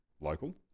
local